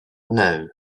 know